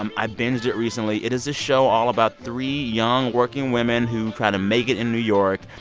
um i binged it recently. it is a show all about three young, working women who try to make it in new york.